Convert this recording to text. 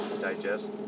digest